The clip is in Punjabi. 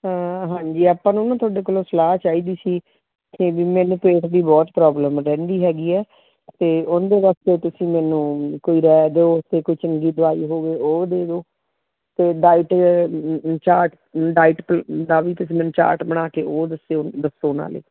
ਹਾਂ ਹਾਂਜੀ ਆਪਾਂ ਨੂੰ ਨਾ ਤੁਹਾਡੇ ਕੋਲੋਂ ਸਲਾਹ ਚਾਹੀਦੀ ਸੀ ਕਿ ਵੀ ਮੈਨੂੰ ਪੇਟ ਦੀ ਬਹੁਤ ਪ੍ਰੋਬਲਮ ਰਹਿੰਦੀ ਹੈਗੀ ਹੈ ਅਤੇ ਉਹਦੇ ਵਾਸਤੇ ਤੁਸੀਂ ਮੈਨੂੰ ਕੋਈ ਰਾਇ ਦਿਓ ਅਤੇ ਕੋਈ ਚੰਗੀ ਦਵਾਈ ਹੋਵੇ ਉਹ ਦੇ ਦਿਓ ਅਤੇ ਡਾਈਟ ਚਾਟ ਡਾਈਟ ਦਾ ਵੀ ਤੁਸੀਂ ਮੈਨੂੰ ਚਾਟ ਬਣਾ ਕੇ ਉਹ ਦੱਸਿਓ ਦੱਸੋ ਨਾਲੇ